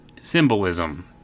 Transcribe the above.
Symbolism